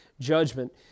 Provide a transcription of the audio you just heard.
judgment